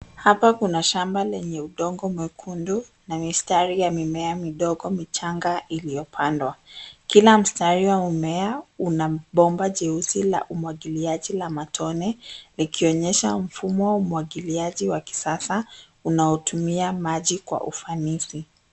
Hapa kuna shamba lenye udongo mwekundu na mistari ya mimea midogo michanga iliyopandwa. Kila mstari wa mimea una bomba jeusi la umwagiliaji wa matone, likionyesha mfumo wa umwagiliaji wa kisasa unaotumia maji kwa ufanisi.